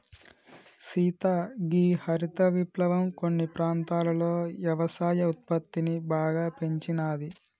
సీత గీ హరిత విప్లవం కొన్ని ప్రాంతాలలో యవసాయ ఉత్పత్తిని బాగా పెంచినాది